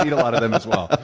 a lot of them as well.